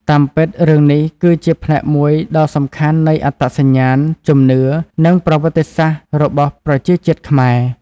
តាមពិត រឿងនេះគឺជា ផ្នែកមួយដ៏សំខាន់នៃអត្តសញ្ញាណ ជំនឿ និងប្រវត្តិសាស្ត្ររបស់ប្រជាជាតិខ្មែរ។